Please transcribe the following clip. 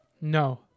No